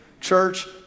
Church